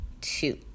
two